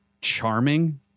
charming